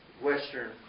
Western